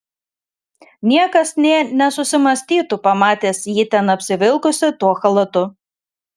niekas nė nesusimąstytų pamatęs jį ten apsivilkusį tuo chalatu